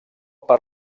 per